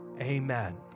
Amen